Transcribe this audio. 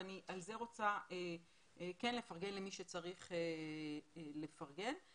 על זה אני רוצה כן לפרגן למי שצריך לפרגן לו.